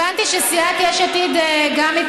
הבנתי שגם סיעת יש עתיד מתנגדת,